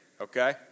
okay